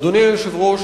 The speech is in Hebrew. אדוני היושב-ראש,